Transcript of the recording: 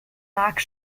marx